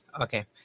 okay